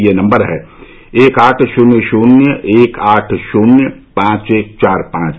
यह नम्बर है एक आठ शून्य शून्य एक आठ शून्य पांच एक चार पांच